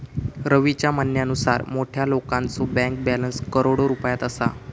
रवीच्या म्हणण्यानुसार मोठ्या लोकांचो बँक बॅलन्स करोडो रुपयात असा